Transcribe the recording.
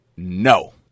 No